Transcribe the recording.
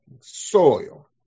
soil